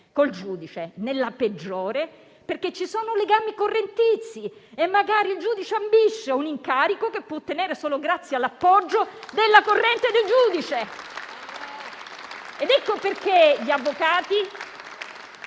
col giudice; nella peggiore perché ci sono legami correntizi e magari il giudice ambisce a un incarico, che può ottenere solo grazie all'appoggio della corrente dell'altro magistrato. Ecco perché gli avvocati